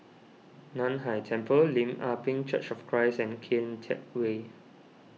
Nan Hai Temple Lim Ah Pin Church of Christ and Kian Teck Way